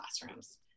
classrooms